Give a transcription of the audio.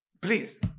please